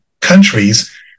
countries